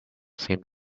seemed